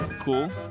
Cool